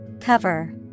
Cover